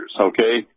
Okay